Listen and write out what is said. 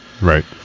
Right